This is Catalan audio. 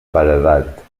paredat